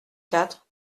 quatre